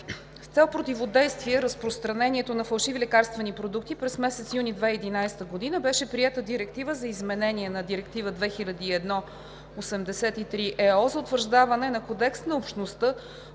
цел противодействие на разпространението на фалшиви лекарствени продукти през месец юни 2011 г. беше приета Директива за изменение на Директива 2001/83/ЕО с утвърждаване на Кодекс на общността